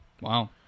wow